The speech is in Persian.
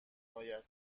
اید